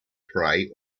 prey